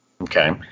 Okay